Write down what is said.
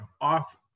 off